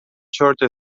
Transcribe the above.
چرت